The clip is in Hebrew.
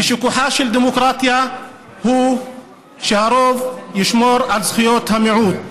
ושכוחה של דמוקרטיה הוא שהרוב ישמור על זכויות המיעוט.